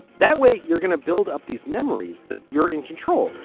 that way you're going to build up these memories that you're in control.